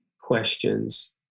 questions